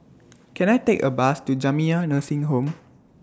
Can I Take A Bus to Jamiyah Nursing Home